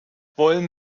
wollten